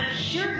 sure